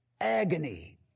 agony